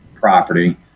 property